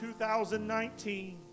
2019